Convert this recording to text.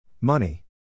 Money